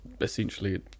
essentially